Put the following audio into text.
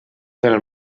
pel